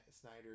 Snyder